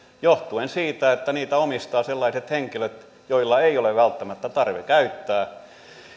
johtuen siitä että niitä omistavat sellaiset henkilöt joilla ei ole välttämättä tarve käyttää